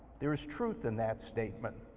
there is truth in that statement.